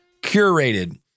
curated